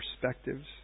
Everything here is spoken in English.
perspectives